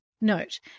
Note